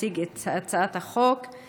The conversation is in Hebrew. התשפ"ב 2021,